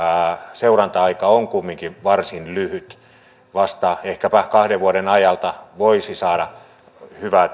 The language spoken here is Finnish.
seuranta aika on kumminkin varsin lyhyt vasta ehkäpä kahden vuoden ajalta voisi saada hyvää